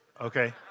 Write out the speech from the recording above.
Okay